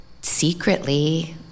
secretly